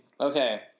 Okay